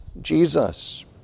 Jesus